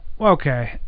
Okay